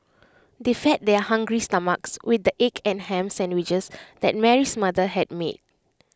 they fed their hungry stomachs with the egg and Ham Sandwiches that Mary's mother had made